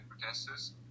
protesters